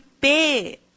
pay